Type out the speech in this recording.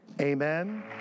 Amen